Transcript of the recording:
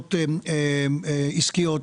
לחברות עסקיות,